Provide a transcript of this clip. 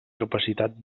capacitat